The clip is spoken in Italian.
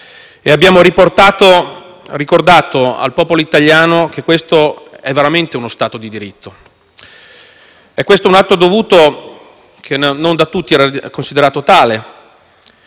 e abbiamo ricordato al popolo italiano che questo è veramente uno Stato di diritto. Questo è un atto dovuto, non da tutti considerato tale,